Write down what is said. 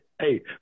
Hey